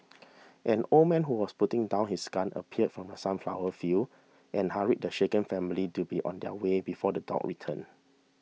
an old man who was putting down his gun appeared from the sunflower fields and hurried the shaken family to be on their way before the dogs return